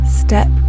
step